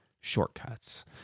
shortcuts